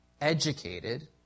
educated